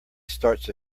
starts